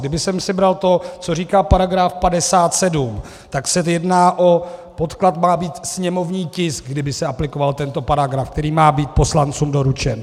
Kdybych si bral to, co říká § 57, tak se jedná o podklad má být sněmovní tisk, kdyby se aplikoval tento paragraf, který má být poslancům doručen.